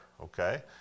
okay